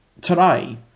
today